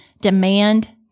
demand